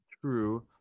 True